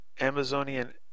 Amazonian